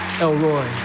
Elroy